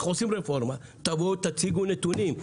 אנחנו עושים רפורמה, תבואו ותציגו נתונים.